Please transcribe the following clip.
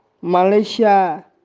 Malaysia